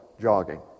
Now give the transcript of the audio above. jogging